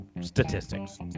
statistics